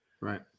Right